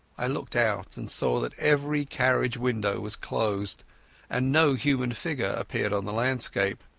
i looked out and saw that every carriage window was closed and no human figure appeared in the landscape.